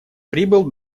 прибыл